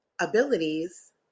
abilities